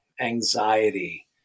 anxiety